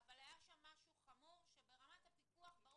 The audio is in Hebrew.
אבל היה שם משהו חמור שברמת הפיקוח לא